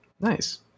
Nice